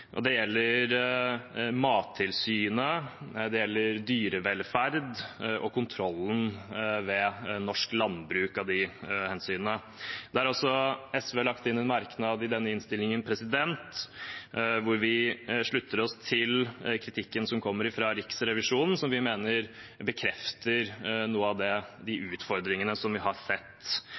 Det gjelder Mattilsynet, nærmere bestemt dyrevelferd og kontrollen av norsk landbruk ved tilsynene. Der har SV lagt inn en merknad i innstillingen der vi slutter oss til kritikken som kommer fra Riksrevisjonen, og som vi mener bekrefter noen av de utfordringene vi har sett